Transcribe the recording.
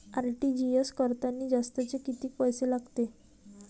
RTGS करतांनी जास्तचे कितीक पैसे लागते?